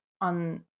on